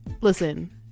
listen